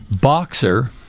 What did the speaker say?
boxer